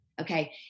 Okay